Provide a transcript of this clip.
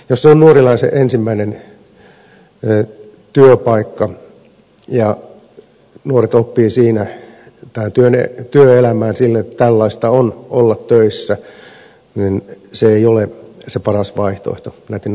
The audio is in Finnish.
jos se on nuorilla se ensimmäinen työpaikka ja nuoret oppivat siinä työelämästä että tällaista on olla töissä niin se ei ole se paras vaihtoehto näitten nuorten kannalta